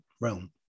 realm